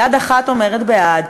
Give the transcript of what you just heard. יד אחת אומרת בעד,